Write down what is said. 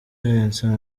vincent